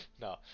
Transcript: No